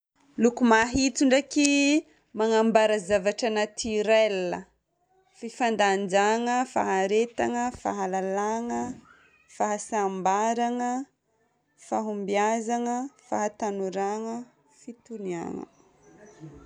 Loko mahitso ndraiky manambara zavatra naturel. Fifandanjagna, faharetagna, fahalalagna, fahasambaragna, fahombiazagna, fahatanoragna, fitoniagna.